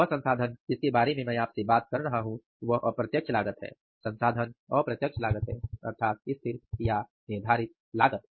वह संसाधन जिसके बारे मैं आपसे बात कर रहा हूं वह अप्रत्यक्ष लागत है संसाधन अप्रत्यक्ष लागत है अर्थात निर्धारित लागत